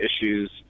issues